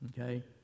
okay